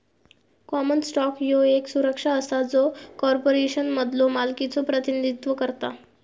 common stock ह्यो येक सुरक्षा असा जो कॉर्पोरेशनमधलो मालकीचो प्रतिनिधित्व करता